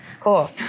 cool